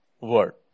word